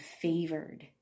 favored